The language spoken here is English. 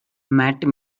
matt